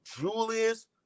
julius